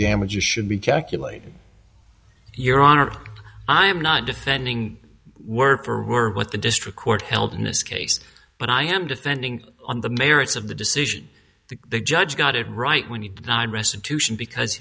damages should be calculated your honor i am not defending word for word what the district court held in this case but i am defending on the merits of the decision that the judge got it right when you denied restitution because